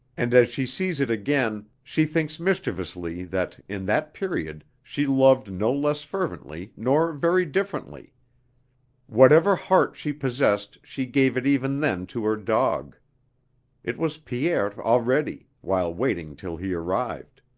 and as she sees it again she thinks mischievously that in that period she loved no less fervently nor very differently whatever heart she possessed she gave it even then to her dog it was pierre already, while waiting till he arrived.